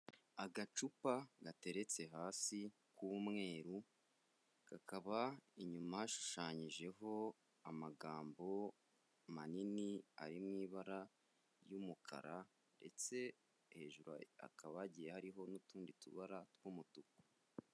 Agacupa gateretse hasi k'umweru kakaba inyuma hashushanyijeho amagambo manini ari mu ibara ry'umukara ndetse hejuru hakaba hagiye hariho n'utundi tubara tw'umutuku.